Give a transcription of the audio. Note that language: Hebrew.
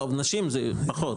אצל נשים זה פחות.